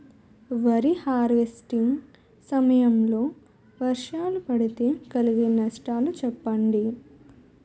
వరి హార్వెస్టింగ్ సమయం లో వర్షాలు పడితే కలిగే నష్టాలు చెప్పండి?